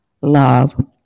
love